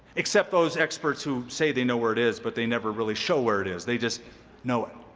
except those experts who say they know where it is, but they never really show where it is, they just know it.